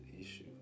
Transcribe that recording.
issue